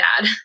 dad